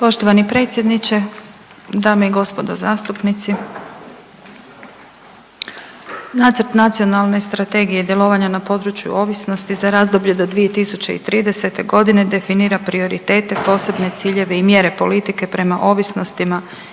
Poštovani predsjedniče, dame i gospodo zastupnici. Nacrt Nacionalne strategije djelovanja na području ovisnosti za razdoblje do 2030.g. definira prioritete, posebne ciljeve i mjere politike prema ovisnostima